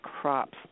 crops